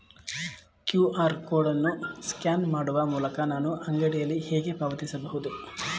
QR code ಅನ್ನು scan ಮಾಡುವ ಮೂಲಕ ನಾನು ಅಂಗಡಿಯಲ್ಲಿ ಹೇಗೆ ಪಾವತಿಸಬಹುದು?